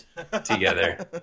together